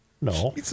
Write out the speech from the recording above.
No